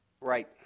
Right